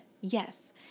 yes